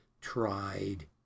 tried